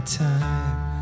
time